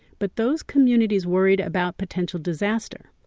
but those communities worried about potential disaster.